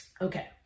Okay